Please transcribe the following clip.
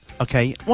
okay